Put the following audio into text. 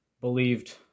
believed